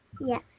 Yes